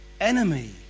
enemy